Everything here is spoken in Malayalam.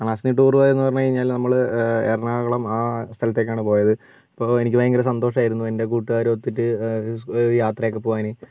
ക്ലാസ്സിൽ നിന്ന് ടൂർ പോയതെന്ന് പറഞ്ഞുകഴിഞ്ഞാൽ നമ്മൾ എറണാകുളം ആ സ്ഥലത്തേക്കാണ് പോയത് ഇപ്പോൾ എനിക്ക് ഭയങ്കര സന്തോഷമായിരുന്നു എൻ്റെ കൂട്ടുകാരുമൊത്തിട്ട് സ് യാത്രയൊക്കെ പോവാൻ